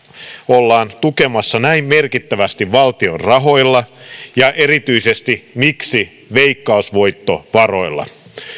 ollaan tukemassa näin merkittävästi valtion rahoilla ja erityisesti se miksi veikkausvoittovaroilla